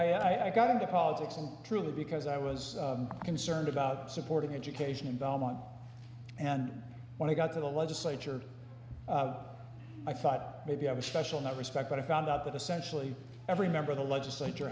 know i got into politics and truly because i was concerned about supporting education in belmont and when i got to the legislature i thought maybe i was special in that respect but i found out that essentially every member of the legislature